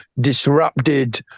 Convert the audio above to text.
disrupted